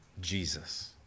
Jesus